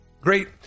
Great